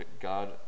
God